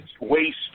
waste